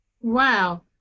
Wow